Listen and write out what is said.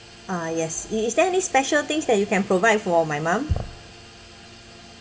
ah yes i~ is there any special things that you can provide for my mom